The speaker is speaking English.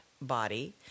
body